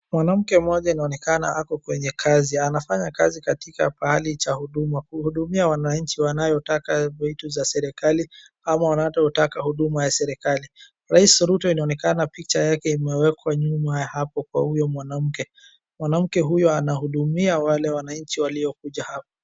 Mwanamke mmoja inaonekana ako kwenye kazi. Anafanya kazi katika pahali cha huduma kuhudumia wananchi wanayotaka vitu za serikali ama wanaotaka huduma ya serikali. Rais Ruto inaonekana picha yake imewekwa nyuma ya hapo kwa huyo mwanamke. Mwanamke huyo anahudumia wale wananchi waliokuja hapo.